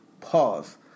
Pause